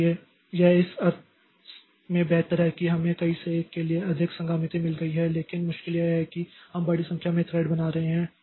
इसलिए यह इस अर्थ में बेहतर है कि हमें कई से एक के लिए अधिक संगामिति मिल गई है लेकिन मुश्किल यह है कि हम बड़ी संख्या में थ्रेड बना रहे हैं